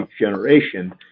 generation